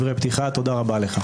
תודה רבה לך.